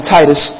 Titus